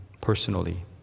personally